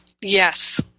yes